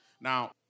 Now